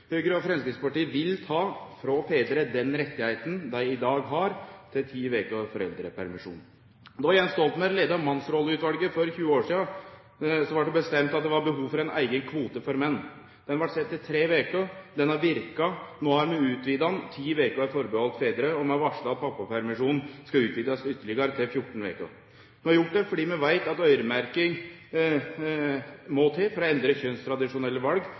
Høgre og Framstegspartiet vil ta frå fedrar den retten dei i dag har til ti veker foreldrepermisjon. Då Jens Stoltenberg leidde Mannsrolleutvalet for 20 år sidan, blei det bestemt at det var behov for ein eigen kvote for menn. Han blei sett til tre veker. Han har verka. No har vi utvida han. Ti veker er øyremerkte fedrar, og vi har varsla at pappapermisjonen skal utvidast ytterlegare, til 14 veker. Vi har gjort det fordi vi veit at øyremerking må til for å endre kjønnstradisjonelle val,